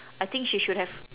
I think she should have